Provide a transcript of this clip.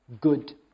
good